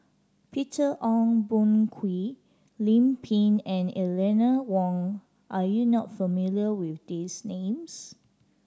Peter Ong Boon Kwee Lim Pin and Eleanor Wong are you not familiar with these names